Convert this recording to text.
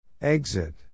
Exit